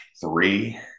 three